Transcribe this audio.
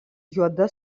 juoda